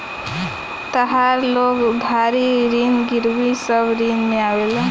तहार लोन उधारी ऋण गिरवी सब ऋण में आवेला